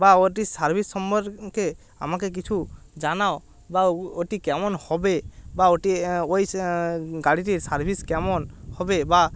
বা ওটির সার্ভিস সম্পর্কে আমাকে কিছু জানাও বাউ ওটি কেমন হবে বা ওটি ওই গাড়িটির সার্ভিস কেমন হবে বা